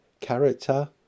character